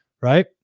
right